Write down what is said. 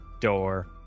door